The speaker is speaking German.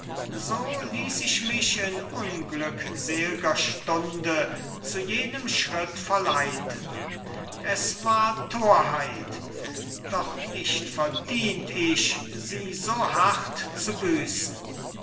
so ließ ich mich in unglückselger stunde zu jenem schritt verleiten es war torheit doch nicht verdient ich sie so hart zu büßen